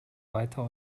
weiter